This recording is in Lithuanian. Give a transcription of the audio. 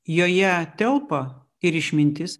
joje telpa ir išmintis